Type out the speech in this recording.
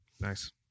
Nice